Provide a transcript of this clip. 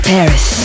Paris